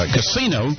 Casino